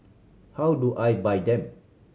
how do I buy them